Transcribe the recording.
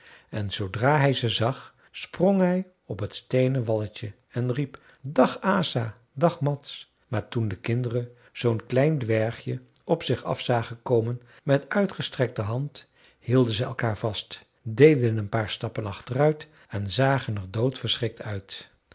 en zoodra hij ze zag sprong hij op het steenen walletje en riep dag asa dag mads maar toen de kinderen zoo'n klein dwergje op zich af zagen komen met uitgestrekte hand hielden ze elkaar vast deden een paar stappen achteruit en zagen er doodverschrikt uit